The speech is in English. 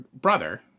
brother